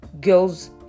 girls